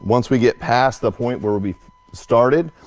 once we get past the point where we'll be started,